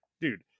dude